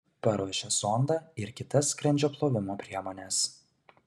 paruošia zondą ir kitas skrandžio plovimo priemones